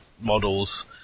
models